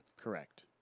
Correct